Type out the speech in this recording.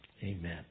amen